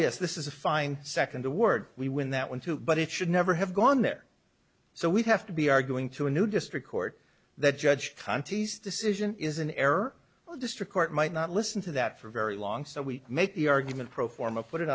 yes this is a fine second a word we win that one too but it should never have gone there so we have to be arguing to a new district court that judge conti's decision is an error well district court might not listen to that for very long so we make the argument pro forma put it